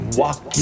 walk